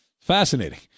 Fascinating